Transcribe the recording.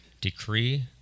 Decree